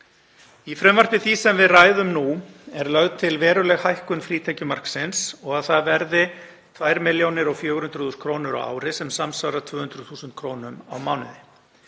Í frumvarpi því sem við ræðum nú er lögð til veruleg hækkun frítekjumarksins og að það verði 2.400.000 kr. á ári sem samsvarar 200.000 kr. á mánuði.